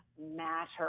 matter